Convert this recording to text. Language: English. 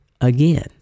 Again